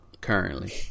currently